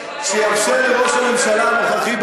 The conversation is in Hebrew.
שיאפשר לראש הממשלה הנוכחי,